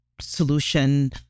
solution